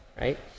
Right